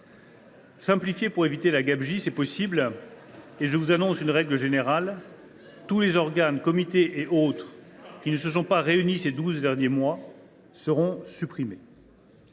Simplifier pour éviter la gabegie, c’est possible. Je vous annonce une règle générale : tous les organes, comités et autres, qui ne se sont pas réunis lors des douze derniers mois seront supprimés.